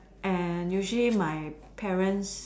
and usually my parents